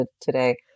today